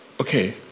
Okay